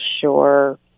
sure